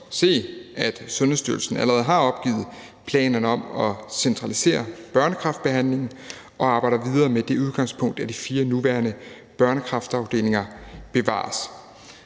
se, at Sundhedsstyrelsen allerede har opgivet planerne om at centralisere børnekræftbehandlingen og arbejder videre med det udgangspunkt, at de fire nuværende børnekræftafdelinger bevares.